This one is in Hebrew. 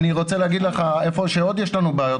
אני רוצה לומר לך שהיכן שעוד יש לנו בעיות